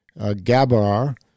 Gabbar